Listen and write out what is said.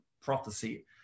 prophecy